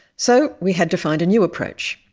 so, we had to find a new approach.